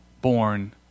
born